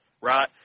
Right